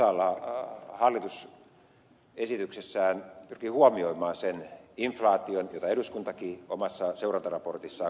määrärahojen osalta hallitus esityksessään pyrkii huomioimaan sen inflaation jota eduskuntakin omassa seurantaraportissaan korostaa